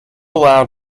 allow